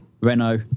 Renault